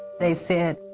they said,